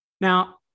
Now